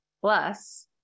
plus